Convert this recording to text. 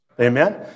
Amen